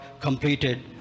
completed